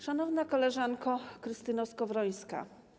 Szanowna Koleżanko Krystyno Skowrońska!